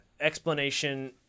explanation